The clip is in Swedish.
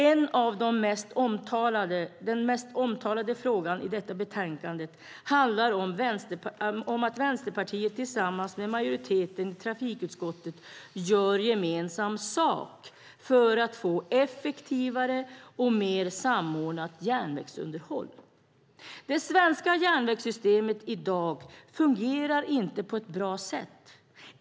En av de mest omtalade frågorna i detta betänkande handlar om att Vänsterpartiet tillsammans med majoriteten i trafikutskottet gör gemensam sak för att få effektivare och mer samordnat järnvägsunderhåll. Det svenska järnvägssystemet i dag fungerar inte på ett bra sätt.